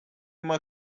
uma